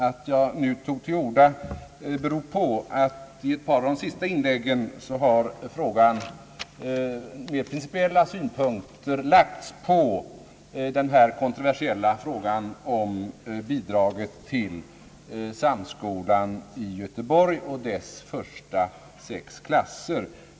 Att jag nu tagit till orda beror på att det i ett par av de senaste inläggen har anlagts mera principiella synpunkter på den kontroversiella frågan om bidrag till Göteborgs högre samskola och dess första sex klasser.